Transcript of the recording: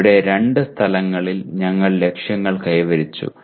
ഇവിടെ രണ്ട് സ്ഥലങ്ങളിൽ ഞങ്ങൾ ലക്ഷ്യങ്ങൾ കൈവരിച്ചു